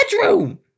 bedroom